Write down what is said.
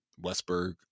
Westberg